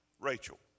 Rachel